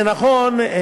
זה נכון,